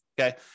okay